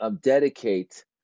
dedicate